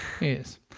Yes